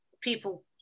people